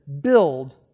build